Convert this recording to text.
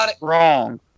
wrong